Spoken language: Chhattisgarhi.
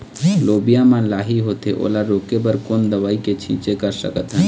लोबिया मा लाही होथे ओला रोके बर कोन दवई के छीचें कर सकथन?